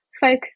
focus